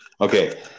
okay